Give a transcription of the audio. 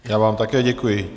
Já vám také děkuji.